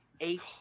eight